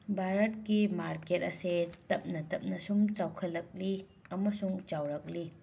ꯕꯥꯔꯠꯀꯤ ꯃꯥꯔꯀꯦꯠ ꯑꯁꯦ ꯇꯞꯅ ꯇꯞꯅ ꯑꯁꯨꯝ ꯆꯥꯎꯈꯠꯂꯛꯂꯤ ꯑꯃꯁꯨꯡ ꯆꯥꯎꯔꯛꯂꯤ